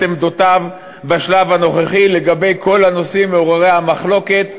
עמדותיו בשלב הנוכחי לגבי כל הנושאים מעוררי המחלוקת,